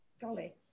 Golly